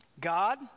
God